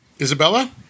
Isabella